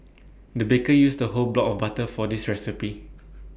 the baker used the whole block of butter for this recipe